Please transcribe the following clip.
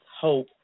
hope